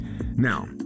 Now